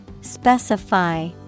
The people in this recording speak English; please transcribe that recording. Specify